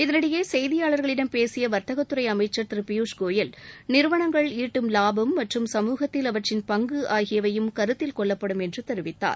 இதனிடையே செய்தியாளர்களிடம் பேசிய வர்த்தகத்துறை அமைச்சர் திரு பியூஷ் கோயல் நிறுவனங்கள் ஈட்டும் லாபம் மற்றும் சமூகத்தில் அவற்றின் பங்கு ஆகியவையும் கருத்தில் கொள்ளப்படும் என்று தெரிவித்தார்